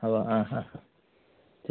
হ'ব অ অ